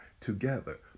together